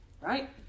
Right